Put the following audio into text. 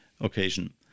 occasion